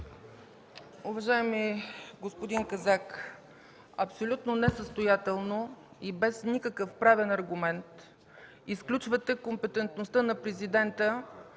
Уважаеми господин Казак, абсолютно несъстоятелно и без никакъв правен аргумент изключвате компетентността на президента